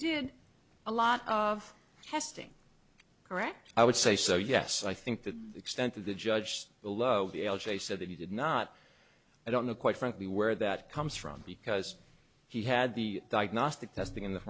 did a lot of testing correct i would say so yes i think that the extent of the judged below the l j said that he did not i don't know quite frankly where that comes from because he had the diagnostic testing in the